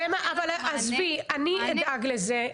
עזבי, אני אדאג לזה.